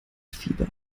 fieber